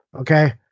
Okay